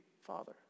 Father